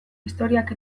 historiak